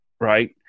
Right